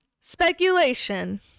speculation